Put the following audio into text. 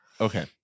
Okay